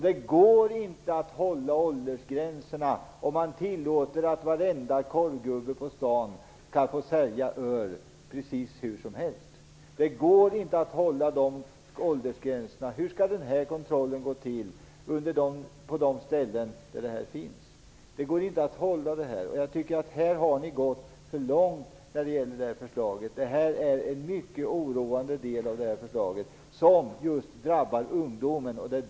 Det går inte att hålla åldersgränserna, om man tillåter varenda korvgubbe sälja öl hur som helst. Det går inte att hålla åldersgränserna. Hur skall kontrollen gå till? Det går inte. Jag tycker att ni har gått för långt när det gäller det här förslaget. Det här är en mycket oroande del av förslaget, som just drabbar ungdomen.